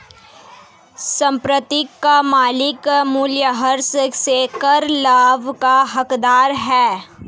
संपत्ति का मालिक मूल्यह्रास से कर लाभ का हकदार है